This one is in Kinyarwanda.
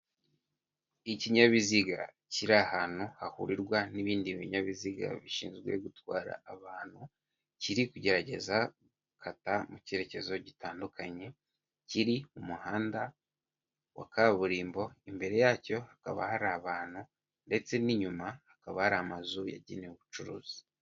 Ikinyabiziga kiri ahantu hahurirwa n'ibindi binyabiziga bishinzwe gutwara abantu, kiri kugerageza gukata mu cyerekezo gitandukanye, kiri mu muhanda wa kaburimbo, imbere yacyo hakaba hari abantu ndetse n'inyuma hakaba hari amazu yagenewe ubucuruzi.